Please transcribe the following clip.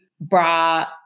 bra